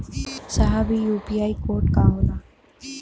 साहब इ UPI code का होला?